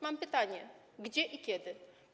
Mam pytanie: Gdzie i kiedy?